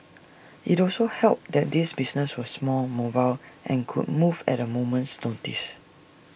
IT also helped that these businesses were small mobile and could move at A moment's notice